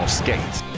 skates